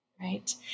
right